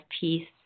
peace